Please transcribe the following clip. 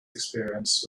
experience